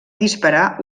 disparar